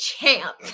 champ